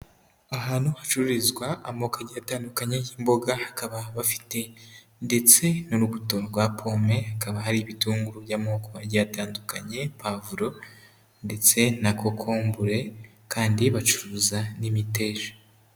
Ahantu hacururizwa amoko agiye atandukanye y'imboga, bakaba bafite ndetse n'urubuto rwa pome, hakaba hari ibitunguru by'amoko agiye atandukanye, pavuro ndetse na kokombure kandi bacuruza n'imiteja.